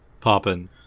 popping